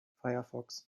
firefox